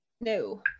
No